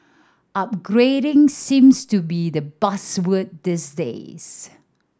upgrading seems to be the buzzword these days